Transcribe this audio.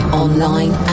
online